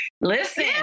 Listen